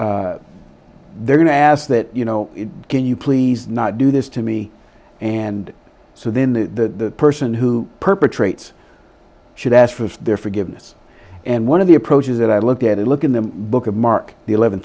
they're going to ask that you know can you please not do this to me and so then the person who perpetrates should ask for their forgiveness and one of the approaches that i look at it look in the book of mark eleven